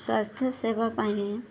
ସ୍ୱାସ୍ଥ୍ୟ ସେବା ପାଇଁ